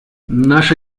наше